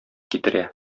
китерә